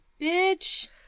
bitch